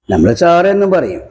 നമ്മൾ ചാറ് എന്ന് പറയും